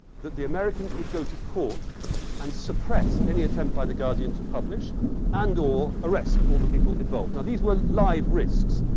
that the americans would go to court and suppress any attempt by the guardian to publish and or arrest all the people involved. these were live risks.